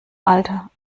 alter